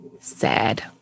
sad